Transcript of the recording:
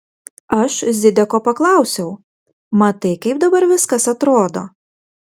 aš zideko paklausiau matai kaip dabar viskas atrodo